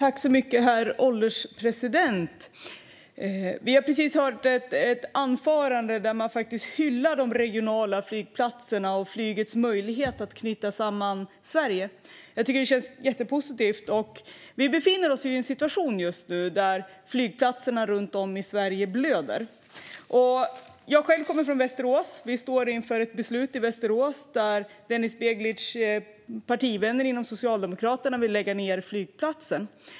Herr ålderspresident! Vi har precis hört ett anförande där de regionala flygplatserna hyllas, liksom flygets möjlighet att knyta samman Sverige. Jag tycker att det känns jättepositivt! Vi befinner oss just nu i en situation där flygplatserna runt om i Sverige blöder. Jag kommer själv från Västerås. Vi står där inför ett beslut, och Denis Begics partivänner inom Socialdemokraterna vill lägga ned flygplatsen.